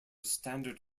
standard